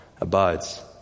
abides